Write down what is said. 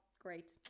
great